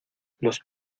los